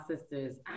sisters